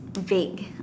vague